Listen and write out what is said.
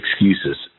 excuses